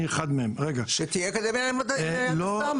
אני אחד מהם --- שתהיה אקדמיה להנדסה,